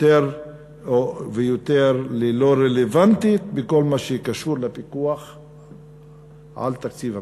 יותר ויותר ללא רלוונטית בכל מה שקשור לפיקוח על תקציב המדינה.